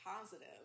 positive